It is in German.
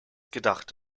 gedacht